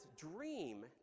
dream